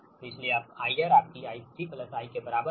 तो इसलिए IR आपकी IC I के बराबर है